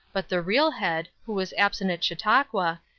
but the real head who was absent at chautauqua,